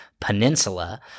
Peninsula